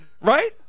Right